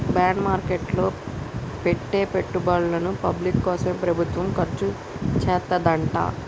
bond market లో పెట్టే పెట్టుబడుల్ని పబ్లిక్ కోసమే ప్రభుత్వం ఖర్చుచేత్తదంట